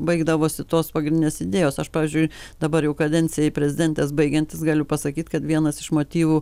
baigdavosi tos pagrindinės idėjos aš pavyzdžiui dabar jau kadencijai prezidentės baigiantis galiu pasakyt kad vienas iš motyvų